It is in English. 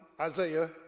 Isaiah